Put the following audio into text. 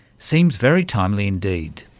seems very timely indeed.